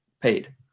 paid